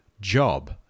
job